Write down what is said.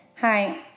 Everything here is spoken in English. Hi